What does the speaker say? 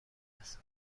است